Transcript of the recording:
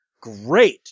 great